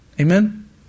Amen